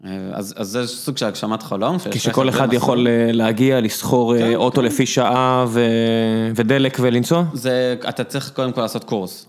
אז זה סוג של הגשמת חלום. כשכל אחד יכול להגיע, לשכור אוטו לפי שעה ודלק ולנסוע? זה, אתה צריך קודם כל לעשות קורס.